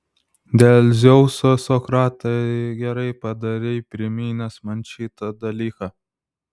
dėl dzeuso sokratai gerai padarei priminęs man šitą dalyką